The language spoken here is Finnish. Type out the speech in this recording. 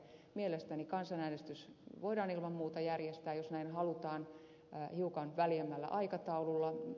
mielestäni kansanäänestys voidaan ilman muuta järjestää jos näin halutaan hiukan väljemmällä aikataululla